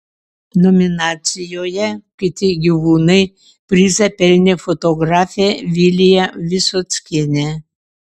nominacijoje kiti gyvūnai prizą pelnė fotografė vilija visockienė